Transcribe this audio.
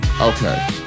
okay